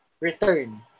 return